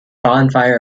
bonfire